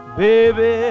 baby